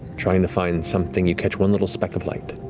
trying to find something, you catch one little speck of light.